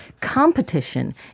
competition